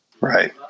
Right